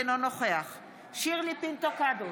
אינו נוכח שירלי פינטו קדוש,